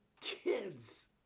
kids